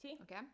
Okay